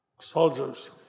soldiers